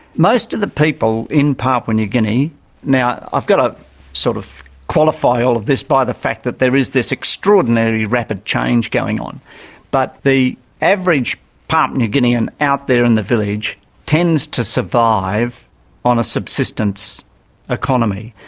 most of the people in papua new guinea now, i've got to sort of qualify all of this by the fact that there is this extraordinarily rapid change going on but the average papua new guinean out there in the village tends to survive on a subsistence economy.